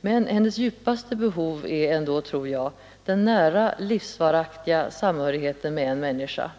men hennes djupaste behov är ändå, tror jag, den nära, livsvaraktiga samhörigheten med en annan människa.